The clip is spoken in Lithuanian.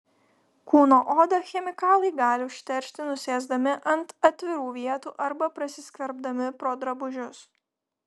kūno odą chemikalai gali užteršti nusėsdami ant atvirų vietų arba prasiskverbdami pro drabužius